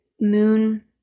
moon